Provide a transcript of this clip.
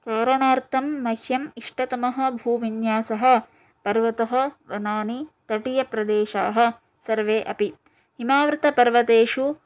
चारणार्थं मह्यम् इष्टतमः भूविन्यासः पर्वतः वनानि तटीयप्रदेशाः सर्वे अपि हिमावृतपर्वतेषु